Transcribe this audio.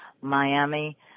Miami